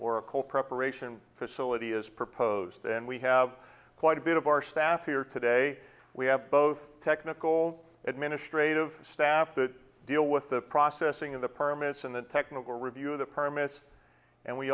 or a coal preparation facility is proposed and we have quite a bit of our staff here today we have both technical administrative staff that deal with the processing of the permits and the technical review of the permits and we